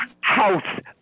house